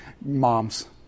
Moms